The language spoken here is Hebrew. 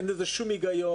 אין לזה שום הגיון.